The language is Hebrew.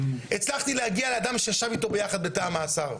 הצלחתי להגיע לאדם שישב איתו ביחד בתא המעצר.